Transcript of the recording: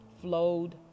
flowed